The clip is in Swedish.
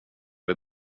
vid